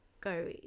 go